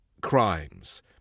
crimes